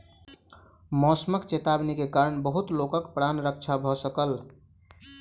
मौसमक चेतावनी के कारण बहुत लोकक प्राण रक्षा भ सकल